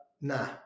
nah